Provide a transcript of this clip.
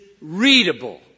readable